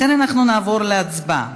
לכן אנחנו נעבור להצבעה.